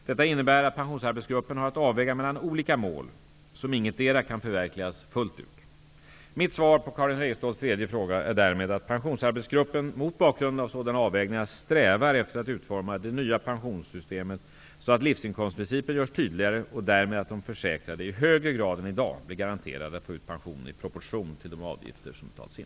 Detta innebär att Pensionsarbetsgruppen har att avväga mellan olika mål som ingetdera kan förverkligas fullt ut. Mitt svar på Karin Wegeståls fråga är därmed att Pensionsarbetsgruppen mot bakgrund av sådana avvägningar strävar efter att utforma det nya pensionssystemet så att livsinkomstprincipen görs tydligare och så att de försäkrade därmed i högre grad än i dag blir garanterade att få ut pension i proportion till de avgifter som betalats in.